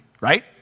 right